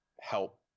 help